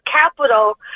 capital